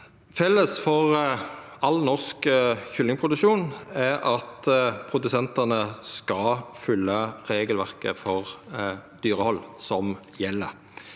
Felles for all norsk kyllingproduksjon er at produsentane skal fylgja regelverket for dyrehald som gjeld.